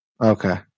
Okay